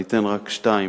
אני אתן רק שתיים,